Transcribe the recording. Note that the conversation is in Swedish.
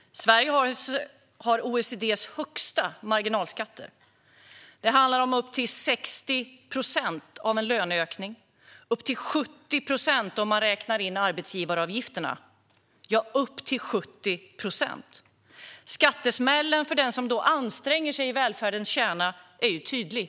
Sverige har OECD:s högsta marginalskatter. Det handlar om upp till 60 procent av en löneökning och upp till 70 procent om man räknar in arbetsgivaravgifterna - ja, upp till 70 procent. Skattesmällen för den som anstränger sig i välfärdens kärna är tydlig.